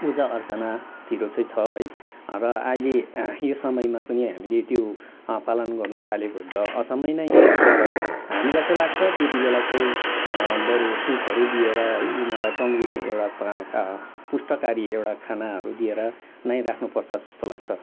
पूजा अर्चनातिर चाहिँ छ है र अहिले यो समयमा पनि हामीले त्यो पालन गर्न थाल्यो भने त अचम्मै नै हुन्छ र हामीलाई चाहिँ लाग्छ त्यति बेला चाहिँ बरु सुपहरू दिएर है उनीहरूलाई तङ्ग्रने एउटा पुष्टकारी एउटा खानाहरू दिएर नै राख्नुपर्छ जस्तो लाग्छ